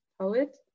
poet